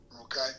Okay